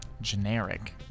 Generic